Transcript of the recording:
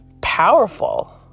powerful